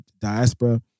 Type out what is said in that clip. diaspora